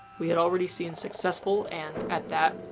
we had already seen successful and, at that,